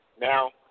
Now